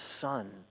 Son